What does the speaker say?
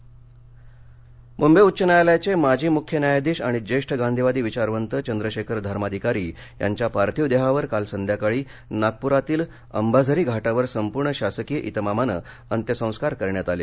धर्माधिकारी अंत्यसंस्कार मुंबई उच्च न्यायालयाचे माजी मुख्य न्यायाधीश आणि ज्येष्ठ गांधीवादी विचारवंत चंद्रशेखर धर्माधिकारी यांच्या पार्थिव देहावर काल संध्याकाळी नागपूरातील अंबाझरी घाटावर संपूर्ण शासकीय इतमामानं अंत्यसंस्कार करण्यात आले